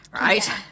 right